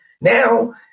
Now